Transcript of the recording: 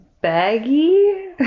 baggy